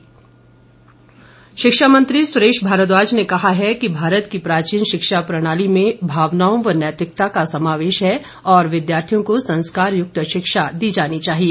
सुरेश भारद्वाज शिक्षा मंत्री सुरेश भारद्वाज ने कहा है कि भारत की प्राचीन शिक्षा प्रणाली में भावनाओं व नैतिकता का समावेश है और विद्यार्थियों को संस्कारयुक्त शिक्षा दी जानी चाहिए